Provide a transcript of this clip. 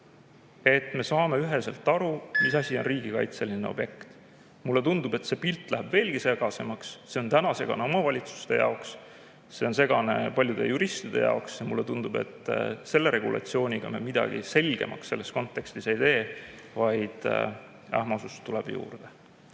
et me saame üheselt aru, mis asi on riigikaitseline objekt? Mulle tundub, et see pilt läheb veelgi segasemaks. Täna on see segane omavalitsuste jaoks, see on segane paljude juristide jaoks ja mulle tundub, et selle regulatsiooniga me midagi selgemaks selles kontekstis ei tee, vaid ähmasust tuleb juurde.